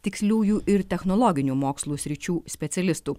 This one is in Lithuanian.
tiksliųjų ir technologinių mokslų sričių specialistų